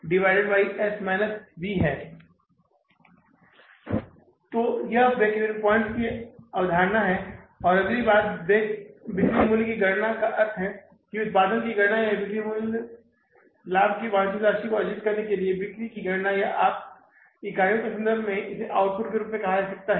तो यह break even points की अवधारणा है और अगली बात बिक्री मूल्य की गणना का अर्थ है उत्पादन की गणना या बिक्री मूल्य लाभ की एक वांछित राशि अर्जित करने के लिए बिक्री की गणना या आप इकाइयों के संदर्भ में इसे आउटपुट के रूप में कहा जा सकता है